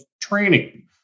training